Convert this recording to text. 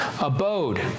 abode